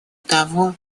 того